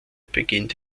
beginnt